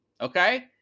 Okay